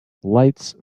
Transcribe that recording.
lights